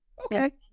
Okay